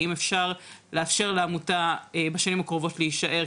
האם אפשר לאפשר לעמותה בשנים הקרובות להישאר,